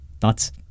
Thoughts